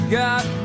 got